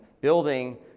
building